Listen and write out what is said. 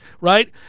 right